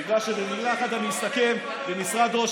בגלל שבמילה אחת אני אסכם: במשרד ראש